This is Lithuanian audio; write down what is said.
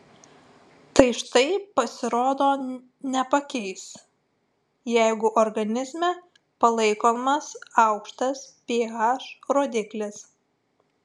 tai štai pasirodo nepakeis jeigu organizme palaikomas aukštas ph rodiklis